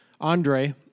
Andre